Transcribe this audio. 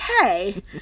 okay